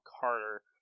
Carter